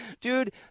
dude